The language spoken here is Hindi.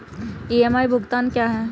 ई.एम.आई भुगतान क्या है?